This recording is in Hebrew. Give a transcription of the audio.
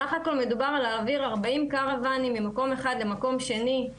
סך הכל מדובר על להעביר 40 קרוואנים ממקום אחד למקום שני,